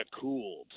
cooled